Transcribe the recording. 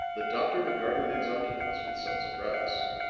the doctor regarded its occupants with some surprise.